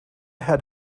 had